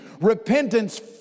Repentance